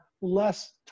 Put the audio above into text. less